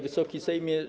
Wysoki Sejmie!